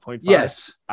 Yes